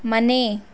ಮನೆ